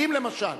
אם למשל,